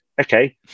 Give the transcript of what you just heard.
Okay